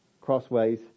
crossways